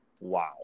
Wow